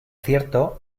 cierto